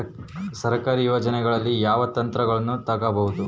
ಸರ್ಕಾರಿ ಯೋಜನೆಗಳಲ್ಲಿ ಯಾವ ಯಂತ್ರಗಳನ್ನ ತಗಬಹುದು?